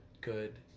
good